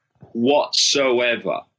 whatsoever